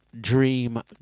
dream